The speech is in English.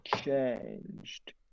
changed